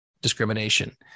discrimination